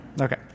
Okay